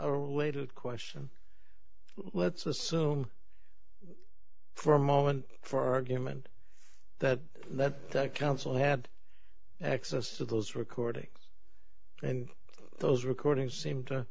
question let's assume for a moment for argument that that the council had access to those recordings and those recordings seem to